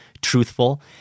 truthful